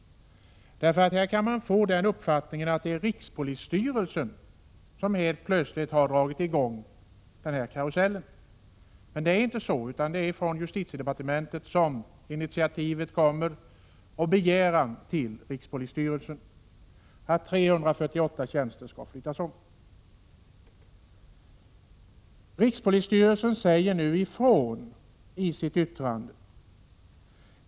Här kan man nämligen få den uppfattningen att det är rikspolisstyrelsen som helt plötsligt har dragit i gång den här karusellen. Men det är alltså inte så, utan det är från justitiedepartementet som initiativet kommer — en begäran till rikspolisstyrelsen att 348 tjänster skall flyttas om. Rikspolisstyrelsen säger nu ifrån i sitt yttrande.